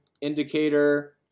indicator